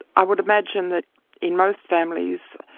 i would imagine that in most families,